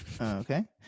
Okay